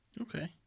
Okay